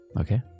Okay